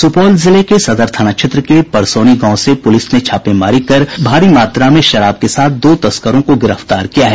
सुपौल जिले के सदर थाना क्षेत्र के परसौनी गांव से पुलिस ने छापेमारी कर भारी मात्रा में शराब के साथ दो तस्करों को गिरफ्तार किया है